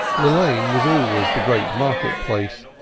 the lane was always the great market-place,